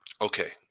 okay